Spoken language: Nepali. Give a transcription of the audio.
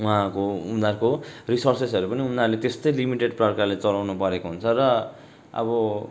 उहाँको उनीहरूको रिसोर्सेस पनि उनीहरूले त्यस्तै लिमिटेड प्रकारले चलाउनु परेको हुन्छ र अब